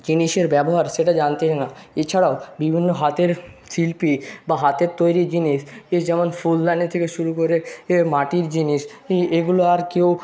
জিনিসের ব্যবহার সেটা জানতেন না এছাড়াও বিভিন্ন হাতের শিল্পী বা হাতের তৈরি জিনিস এই যেমন ফুলদানি থেকে শুরু করে এ মাটির জিনিস ই এগুলো আর কেউ